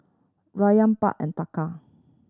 Rufiyaa Baht and Taka